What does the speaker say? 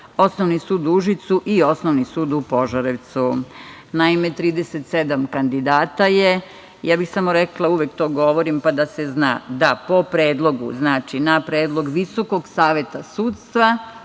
Osnovni sud u Užicu i Osnovni sud u Požarevcu. Naime, 37 kandidata je. Ja bih samo rekla, uvek to govorim pa da se zna, da na predlog Visokog saveta sudstva